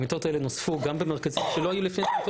המיטות האלה נוספו גם במרכזים שבהם לא היו בכלל.